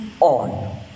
on